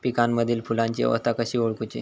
पिकांमदिल फुलांची अवस्था कशी ओळखुची?